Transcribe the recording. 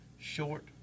short